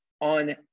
on